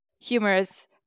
humorous